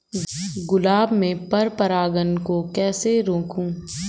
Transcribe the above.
गुलाब में पर परागन को कैसे रोकुं?